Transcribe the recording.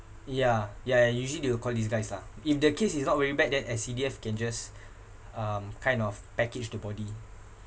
yeah ya ya usually they will call these guys lah if the case is not very bad then S_C_D_F can just um kind of package the body